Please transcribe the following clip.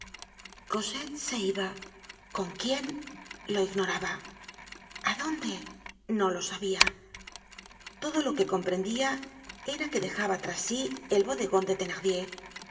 cosette se iba con quién lo ignoraba a dónde no lo sabia todo lo que comprendia era que dejaba tras sí el bodegon de